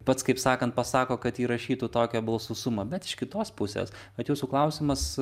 pats kaip sakant pasako kad įrašytų tokią balsų sumą bet iš kitos pusės vat jūsų klausimas